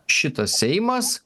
šitas seimas